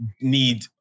need